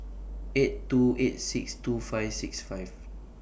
eight two eight six two five six five